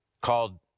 called